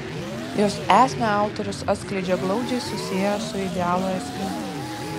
jos esmę autorius atskleidžia glaudžiai susiejęs su idealo esme